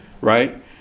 Right